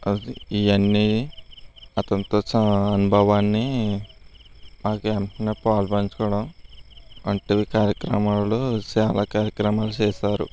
ఇవన్ని అతనితో సహా అనుభవాన్ని మాతో వెంటనే పాలు పంచుకోవడం వంటి కార్యక్రమాలు చాలా కార్యక్రమాలు చేశారు